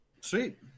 Sweet